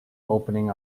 opening